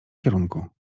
kierunku